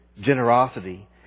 generosity